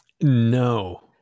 No